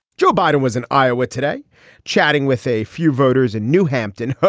joe biden was in iowa today chatting with a few voters in new hampton.